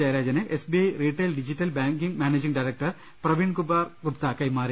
Jayarajan S B I retail digital banking managing director Praveenkumar Gupta കൈമാറി